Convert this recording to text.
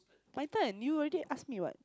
my turn you already asked me what